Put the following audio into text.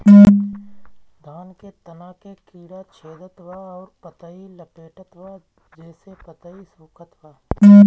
धान के तना के कीड़ा छेदत बा अउर पतई लपेटतबा जेसे पतई सूखत बा?